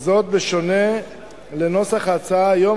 זה בשונה מנוסח ההצעה היום,